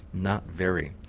not very.